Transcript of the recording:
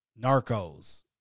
Narcos